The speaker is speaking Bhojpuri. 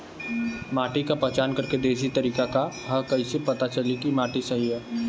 माटी क पहचान करके देशी तरीका का ह कईसे पता चली कि माटी सही ह?